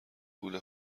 پول